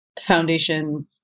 foundation